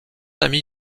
ami